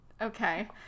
okay